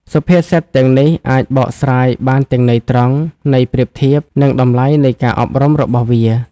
សុភាសិតទាំងនេះអាចបកស្រាយបានទាំងន័យត្រង់ ន័យប្រៀបធៀប និងតម្លៃនៃការអប់រំរបស់វា។